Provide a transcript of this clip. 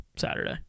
Saturday